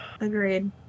agreed